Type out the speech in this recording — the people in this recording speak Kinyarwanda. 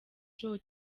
joe